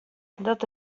dat